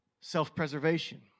self-preservation